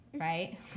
right